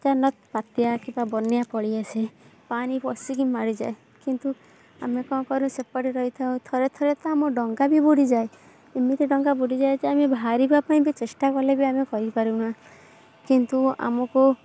ଅଚାନକ ବାତ୍ୟା କିମ୍ବା ବନ୍ୟା ପଳିଆସେ ପାଣି ପଶିକି ମାଡ଼ିଯାଏ କିନ୍ତୁ ଆମେ କ'ଣ କରୁ ସେପଟେ ରହିଥାଉ ଥରେ ଥରେ ତ ଆମ ଡଙ୍ଗା ବି ବୁଡ଼ିଯାଏ ଏମିତି ଡଙ୍ଗା ବୁଡ଼ିଯାଏ ଯେ ଆମେ ବାହାରିବାପାଇଁ ବି ଚେଷ୍ଟା କଲେ ବି ଆମେ କରିପାରୁନା କିନ୍ତୁ ଆମକୁ